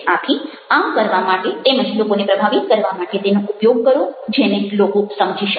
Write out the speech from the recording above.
આથી આમ કરવા માટે તેમજ લોકોને પ્રભાવિત કરવા માટે તેનો ઉપયોગ કરો જેને લોકો સમજી શકે